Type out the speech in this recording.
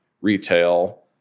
retail